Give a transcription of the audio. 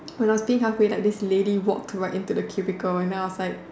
when I was peeing half way like this lady walked right into the cubicle and then I was like